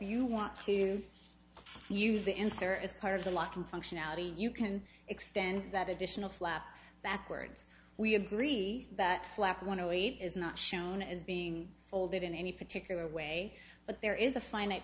you want to use the ensor is part of the locking functionality you can extend that additional flap backwards we agree that flak want to eat is not shown as being folded in any particular way but there is a finite